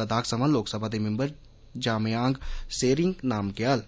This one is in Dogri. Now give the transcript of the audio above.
लद्दाख सवां लोकसभा दे मिम्बर जामयांग सेरिंग नामग्याल